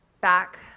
back